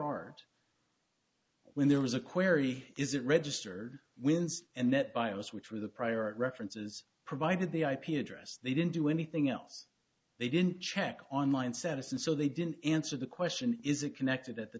art when there was a query is it registered winds and that bios which were the prior references provided the ip address they didn't do anything else they didn't check online status and so they didn't answer the question is it connected at the